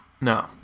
No